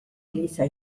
eliza